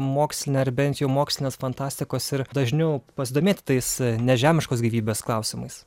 mokslinę ar bent jau mokslinės fantastikos ir dažniau pasidomėti tais nežemiškos gyvybės klausimais